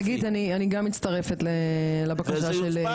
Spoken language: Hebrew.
שגית, אני גם מצטרפת לבקשה של חבר הכנסת אלקין.